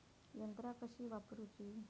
यंत्रा कशी वापरूची?